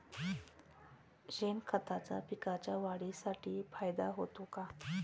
शेणखताचा पिकांच्या वाढीसाठी फायदा होतो का?